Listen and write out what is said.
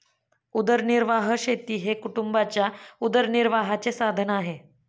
उदरनिर्वाह शेती हे कुटुंबाच्या उदरनिर्वाहाचे साधन आहे